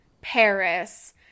paris